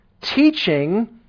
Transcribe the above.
teaching